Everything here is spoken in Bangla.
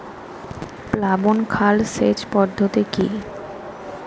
প্লাবন খাল সেচ পদ্ধতি কি?